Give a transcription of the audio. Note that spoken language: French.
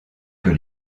que